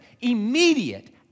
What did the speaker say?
immediate